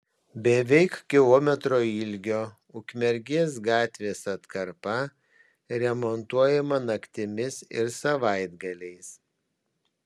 beveik kilometro ilgio ukmergės gatvės atkarpa remontuojama naktimis ir savaitgaliais